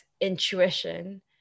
intuition